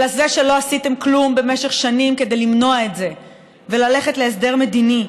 אלא זה שלא עשיתם כלום במשך שנים כדי למנוע את זה וללכת להסדר מדיני.